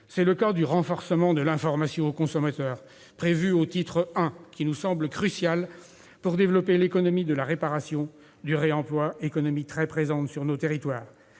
C'est le cas du renforcement de l'information aux consommateurs, qui est prévu au titre I et qui nous semble crucial pour développer l'économie de la réparation et du réemploi, économie très présente sur nos territoires.